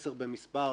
עשר במספר,